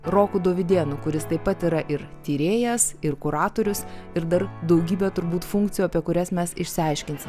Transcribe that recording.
roku dovydėnu kuris taip pat yra ir tyrėjas ir kuratorius ir dar daugybę turbūt funkcijų apie kurias mes išsiaiškinsim